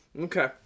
Okay